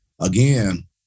again